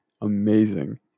amazing